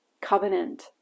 covenant